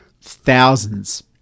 thousands